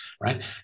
Right